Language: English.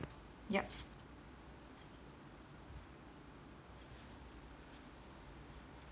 yup